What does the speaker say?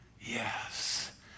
yes